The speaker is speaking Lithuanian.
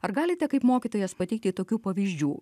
ar galite kaip mokytojas pateikti tokių pavyzdžių